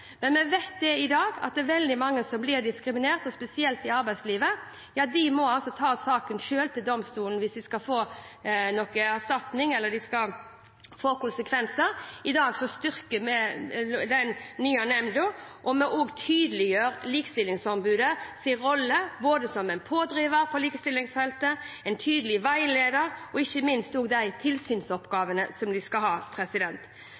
Men vi vet i dag at veldig mange som blir diskriminert, spesielt i arbeidslivet, selv må ta saken til domstolen hvis de skal få erstatning, eller hvis det skal få konsekvenser. I dag styrker vi den nye nemnda, og vi tydeliggjør også likestillingsombudets rolle både som en pådriver på likestillingsfeltet, en tydelig veileder og – ikke minst – de tilsynsoppgavene som de skal ha.